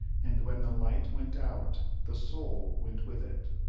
and when the light went out the soul went with it.